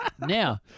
Now